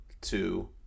two